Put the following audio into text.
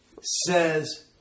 says